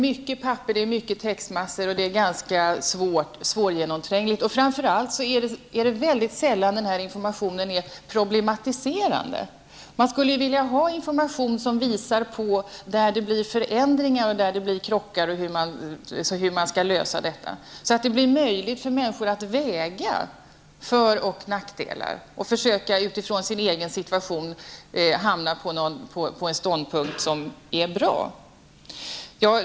Mycket papper, stora textmassor och svårgenomträngligt. Framför allt är det mycket sällan som informationen är ''problematiserande''. Man skulle vilja ha information som visar vad det blir för förändringar och krockar och hur man vill lösa problemen. Då skulle det bli möjligt för människorna att väga för och nackdelar och med utgångspunkt i den egna situationen hamna på en ståndpunkt som är bra.